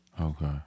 Okay